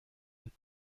بود